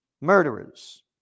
Murderers